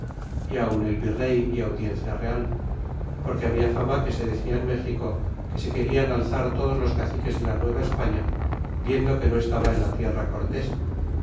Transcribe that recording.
el virey y audiencia real porque habia fama que se decia en méxico que se querían alzar todos los caciques de la nueva españa viendo que no estaba en la tierra cortés